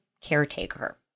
caretaker